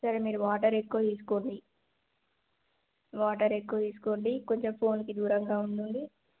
సరే మీరు వాటర్ ఎక్కువ తీసుకోర్రి వాటర్ ఎక్కువ తీసుకోండి కొంచెం ఫోన్కి దూరంగా ఉండుర్రి